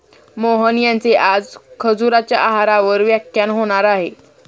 मोहन यांचे आज खजुराच्या आहारावर व्याख्यान होणार आहे